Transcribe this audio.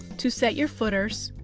to set your footers,